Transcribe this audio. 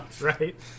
right